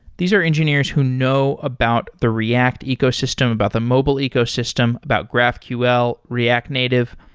these are engineers who know about the react ecosystem, about the mobile ecosystem, about graphql, react native.